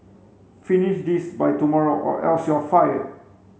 finish this by tomorrow or else you'll fired